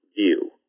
view